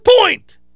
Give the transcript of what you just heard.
point